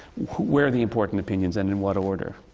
where are the important opinions, and in what order?